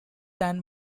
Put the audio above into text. than